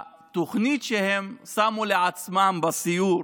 התוכנית שהם שמו לעצמם בסיור